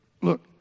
Look